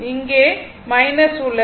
இங்கே உள்ளது